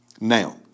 Now